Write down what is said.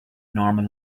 normal